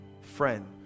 friend